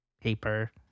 paper